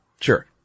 Sure